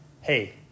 hey